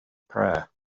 prayer